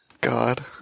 God